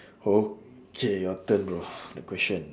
okay your turn bro the question